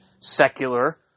secular